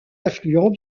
affluent